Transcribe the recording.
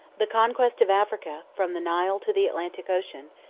the conquest of africa, from the nile to the atlantic ocean,